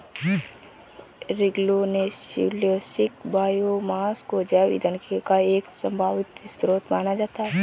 lignocellulosic biomass को जैव ईंधन का एक संभावित स्रोत माना जाता है